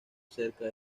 cerca